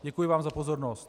Děkuji vám za pozornost.